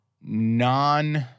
non